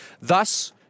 Thus